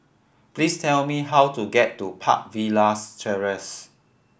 please tell me how to get to Park Villas Terrace